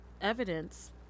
evidence